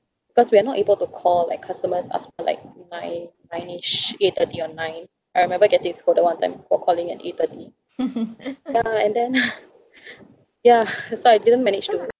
cause we are not able to call like customers after like nine nineish eight thirty or nine I remember getting scolded one time for calling at eight thirty ya and then yeah that's why I didn't manage to